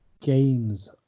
Games